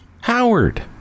Howard